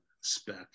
spec